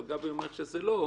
אבל גבי אומרת שזה לא.